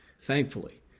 thankfully